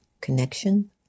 connection